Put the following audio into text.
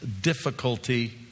difficulty